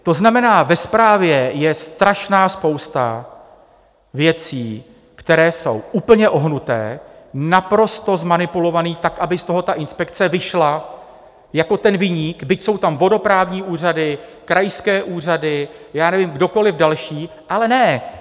To znamená, ve zprávě je strašná spousta věcí, které jsou úplně ohnuté, naprosto zmanipulované tak, aby z toho ta inspekce vyšla jako viník, byť jsou tam vodoprávní úřady, krajské úřady, já nevím, kdokoliv další, ale ne!